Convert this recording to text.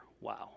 wow